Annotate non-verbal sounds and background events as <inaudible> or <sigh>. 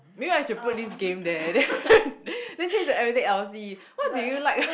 maybe I should put this game there then <laughs> then change to everything L_C what do you like ah